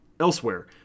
Elsewhere